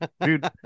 dude